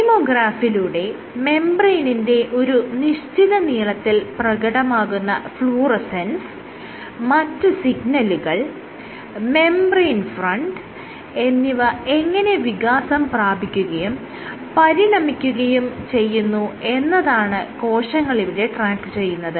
കൈമോഗ്രാഫിലൂടെ മെംബ്രേയ്നിന്റെ ഒരു നിശ്ചിത നീളത്തിൽ പ്രകടമാകുന്ന ഫ്ലൂറസെൻസ് മറ്റ് സിഗ്നലുകൾ മെംബ്രേയ്ൻ ഫ്രണ്ട് എന്നിവ എങ്ങനെ വികാസം പ്രാപിക്കുകയും പരിണമിക്കുകയും ചെയ്യുന്നു എന്നതാണ് കോശങ്ങൾ ഇവിടെ ട്രാക്ക് ചെയ്യുന്നത്